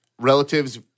relatives